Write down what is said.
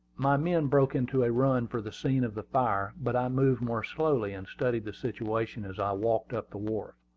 my men broke into a run for the scene of the fire but i moved more slowly, and studied the situation as i walked up the wharf.